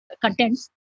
contents